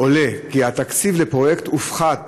עולה כי התקציב לפרויקט הופחת